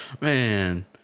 Man